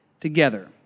Together